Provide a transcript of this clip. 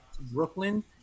Brooklyn